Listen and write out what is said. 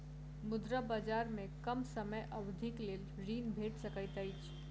मुद्रा बजार में कम समय अवधिक लेल ऋण भेट सकैत अछि